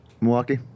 Milwaukee